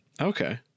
Okay